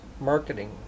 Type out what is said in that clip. marketing